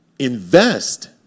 invest